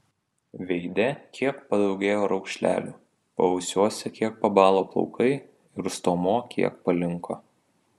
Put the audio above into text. veide kiek padaugėjo raukšlelių paausiuose kiek pabalo plaukai ir stuomuo kiek palinko